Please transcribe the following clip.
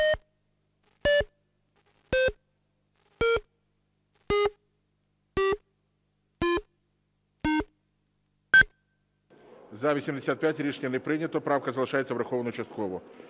За-85 Рішення не прийнято. Правка залишається врахованою частково.